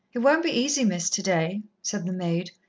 it won't be easy, miss, today, said the maid,